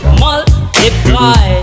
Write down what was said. multiply